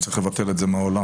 צריך לבטל את זה מהעולם.